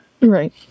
Right